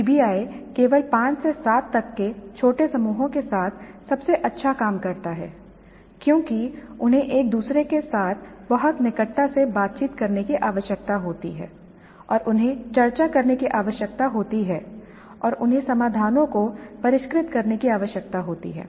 PBI केवल 5 से 7 तक के छोटे समूहों के साथ सबसे अच्छा काम करता है क्योंकि उन्हें एक दूसरे के साथ बहुत निकटता से बातचीत करने की आवश्यकता होती है और उन्हें चर्चा करने की आवश्यकता होती है और उन्हें समाधानों को परिष्कृत करने की आवश्यकता होती है